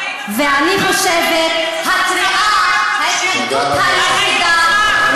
ואני חושבת שההתנגדות היחידה,